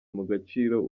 mugaciro